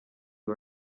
who